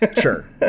Sure